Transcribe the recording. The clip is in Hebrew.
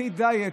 לפחית דיאט,